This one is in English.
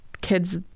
kids